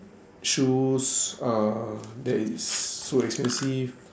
shoes uh that is so expensive